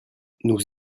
nous